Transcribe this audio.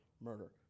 murder